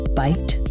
bite